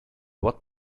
what